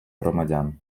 громадян